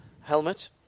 helmet